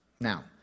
Now